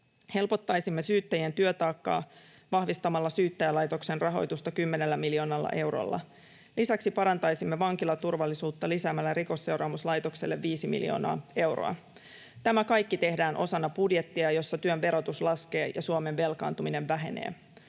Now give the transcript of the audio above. Helpottaisimme syyttäjien työtaakkaa vahvistamalla Syyttäjälaitoksen rahoitusta kymmenellä miljoonalla eurolla. Lisäksi parantaisimme vankilaturvallisuutta lisäämällä Rikosseuraamuslaitokselle viisi miljoonaa euroa. Tämä kaikki tehdään osana budjettia, jossa työn verotus laskee ja Suomen velkaantuminen vähenee.